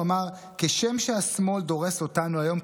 הוא אמר כך: כשם שהשמאל דורס אותנו היום,